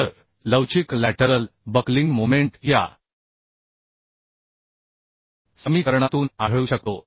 तर लवचिक lateral buckling moment या समीकरणातून आढळू शकतो